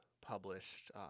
published